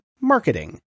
marketing